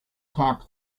camp